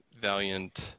valiant